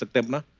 ah hema,